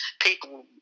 people